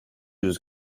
yüz